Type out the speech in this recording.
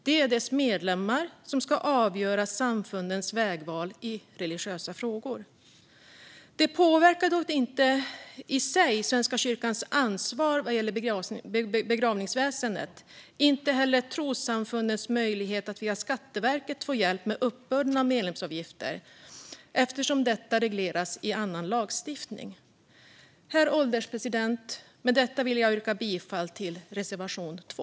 Det är dess medlemmar som ska avgöra samfundets vägval i religiösa frågor. Det påverkar dock inte i sig Svenska kyrkans ansvar vad gäller begravningsväsendet och inte heller trossamfundens möjlighet att via Skatteverket få hjälp med uppbörden av medlemsavgifter eftersom detta regleras i annan lagstiftning. Herr ålderspresident! Med detta vill jag yrka bifall till reservation 2.